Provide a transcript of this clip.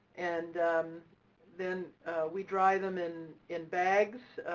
and then we dry them in in bags,